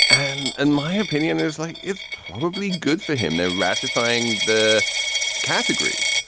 and in my opinion, it's like it's probably good for him. they're ratifying the category.